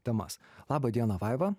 temas labą dieną vaiva